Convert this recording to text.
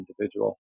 individual